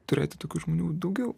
turėti tokių žmonių daugiau